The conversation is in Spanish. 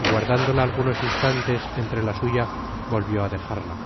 y guardándola algunos instantes entre la suya volvió á dejarla